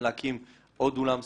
להקים עוד אולם ספורט,